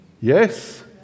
Yes